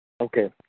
Okay